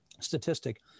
statistic